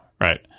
right